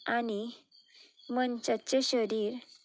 आनी मनशाचें शरीर